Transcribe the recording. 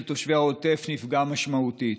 של תושבי העוטף נפגע משמעותית.